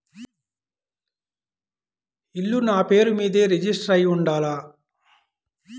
ఇల్లు నాపేరు మీదే రిజిస్టర్ అయ్యి ఉండాల?